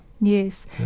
Yes